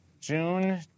June